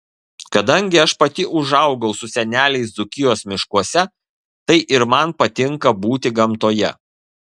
kadangi aš pati užaugau su seneliais dzūkijos miškuose tai ir man patinka būti gamtoje